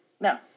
No